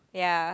ya